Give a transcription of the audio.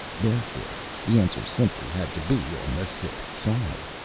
therefore the answer simply had to be on the sixth side.